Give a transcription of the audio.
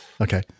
Okay